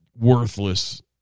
worthless